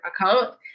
account